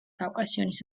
კავკასიონის